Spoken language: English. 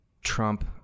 Trump